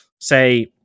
say